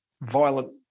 violent